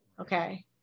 okay